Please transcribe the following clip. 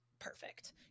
perfect